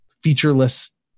Featureless